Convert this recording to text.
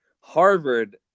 Harvard